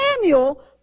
Samuel